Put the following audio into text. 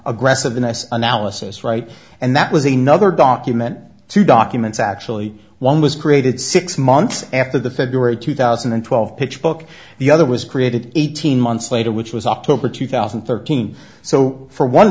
aggressiveness analysis right and that was a nother document two documents actually one was created six months after the february two thousand and twelve pitch book the other was created eighteen months later which was october two thousand and thirteen so for one